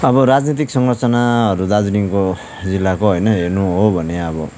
अब राजनीतिक संरचनाहरू हाम्रो दार्जिलिङको जिल्लाको होइन हेर्नु हो भने अब